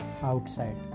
Outside